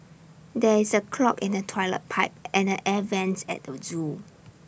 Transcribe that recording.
there is A clog in the Toilet Pipe and the air Vents at the Zoo